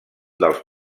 dels